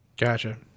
Gotcha